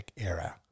era